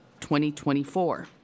2024